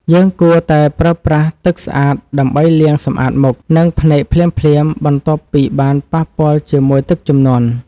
យើងគួរតែប្រើប្រាស់ទឹកស្អាតដើម្បីលាងសម្អាតមុខ និងភ្នែកភ្លាមៗបន្ទាប់ពីបានប៉ះពាល់ជាមួយទឹកជំនន់។